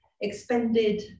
expended